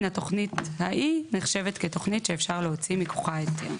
התוכנית ההיא נחשבת כתוכנית שאפשר להוציא מתוכה היתר.